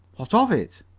what of it?